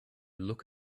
look